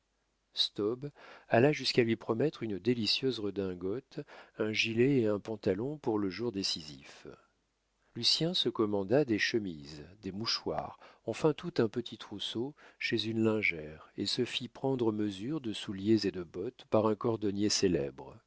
staub alla jusqu'à lui promettre une délicieuse redingote un gilet et un pantalon pour le jour décisif lucien se commanda des chemises des mouchoirs enfin tout un petit trousseau chez une lingère et se fit prendre mesure de souliers et de bottes par un cordonnier